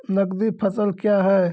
नगदी फसल क्या हैं?